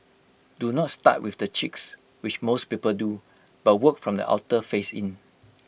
do not start with the cheeks which most people do but work from the outer face in